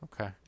Okay